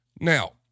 Now